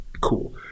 Cool